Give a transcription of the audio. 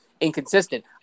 inconsistent